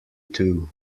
two